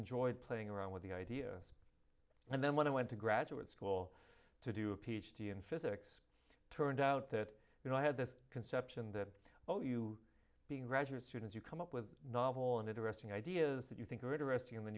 enjoyed playing around with the idea and then when i went to graduate school to do a ph d in physics turned out that you know i had this conception that oh you being a graduate student you come up with novel and interesting ideas that you think are interesting and then